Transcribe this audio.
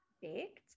baked